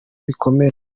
ibikomere